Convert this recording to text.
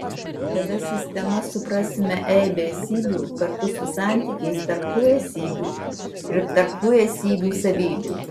tada sistema suprasime aibę esybių kartu su santykiais tarp tų esybių ir tarp tų esybių savybių